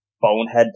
bonehead